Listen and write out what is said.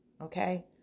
okay